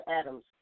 Adams